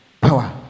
Power